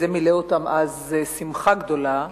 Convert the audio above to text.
זה מילא אותם אז שמחה גדולה,